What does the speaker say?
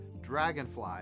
dragonfly